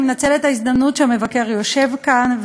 אני מנצלת את ההזדמנות שהמבקר יושב כאן,